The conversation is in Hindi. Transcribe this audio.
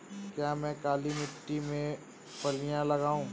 क्या मैं काली मिट्टी में फलियां लगाऊँ?